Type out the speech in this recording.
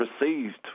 received